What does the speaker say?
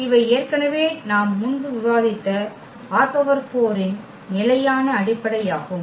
இவை ஏற்கனவே நாம் முன்பு விவாதித்த ℝ4 இன் நிலையான அடிப்படையாகும்